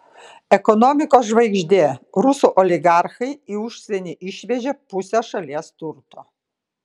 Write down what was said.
ekonomikos žvaigždė rusų oligarchai į užsienį išvežė pusę šalies turto